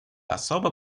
особо